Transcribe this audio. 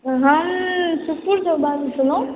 हम सुखपुर सॅं बाजैत रहूँ